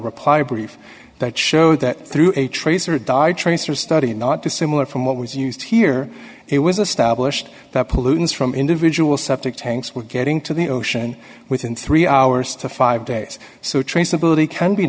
reply brief that showed that through a trace or die transfer study not dissimilar from what was used here it was a stablished that pollutants from individual septic tanks were getting to the ocean within three hours to five days so traceability can be